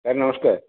sir ନମସ୍କାର